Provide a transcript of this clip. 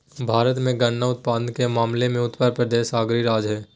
भारत मे गन्ना उत्पादन के मामले मे उत्तरप्रदेश अग्रणी राज्य हय